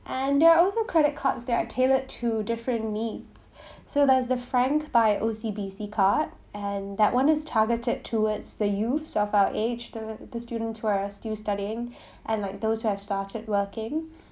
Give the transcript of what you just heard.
and there are also credit cards that are tailored to different needs so there's the frank by O_C_B_C card and that one is targeted towards the youths of our age the the students who are still studying and like those who have started working